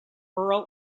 earl